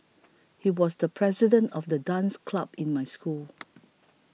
he was the president of the dance club in my school